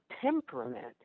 temperament